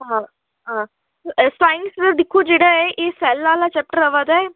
हां हां ते साईंस ते दिक्खो जेह्ड़ा एह् सैल्ल आह्ला चैप्टर आवै दा ऐ